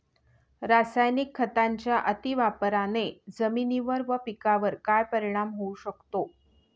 रासायनिक खतांच्या अतिवापराने जमिनीवर व पिकावर काय परिणाम होऊ शकतो?